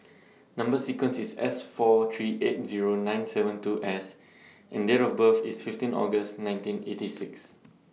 Number sequence IS S four three eight Zero nine seven two S and Date of birth IS fifteen August nineteen eighty six